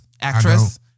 Actress